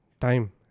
time